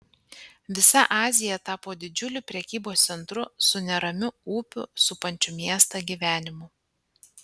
visa azija tapo didžiuliu prekybos centru su neramiu upių supančių miestą gyvenimu